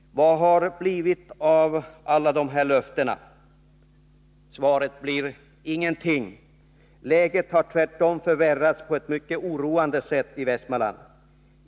Vad har det blivit av alla dessa löften? Ingenting. Läget har tvärtom förvärrats på ett mycket oroande sätt i Västmanland.